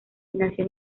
nació